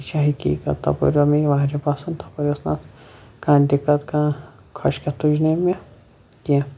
تہِ چھِ حقیقَت تَپٲر آو یہِ مےٚ واریاہ پَسَند تَپٲر ٲسۍ نہٕ اتھ کانٛہہ دِکَت کانٛہہ خۄشکٮ۪تھ تُج نہٕ امہ مےٚ کینٛہہ